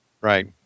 right